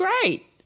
great